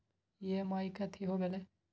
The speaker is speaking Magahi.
ई.एम.आई कथी होवेले?